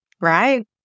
right